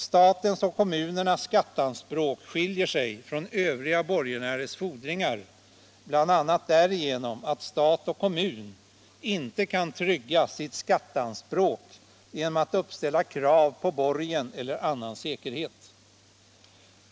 Statens och kommunernas skatteanspråk skiljer sig från övriga borgenärers fordringar bl.a. därigenom att stat och kommun inte kan trygga sitt skatteanspråk genom att uppställa krav på borgen eller annan säkerhet.